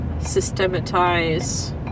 systematize